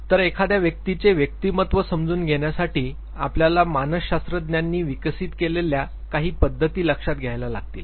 तर एखाद्या व्यक्तीचे व्यक्तिमत्व समजून घेण्यासाठी आपल्याला मानसशास्त्रज्ञांनी विकसित केलेल्या काही पद्धती लक्षात घ्यायला लागतील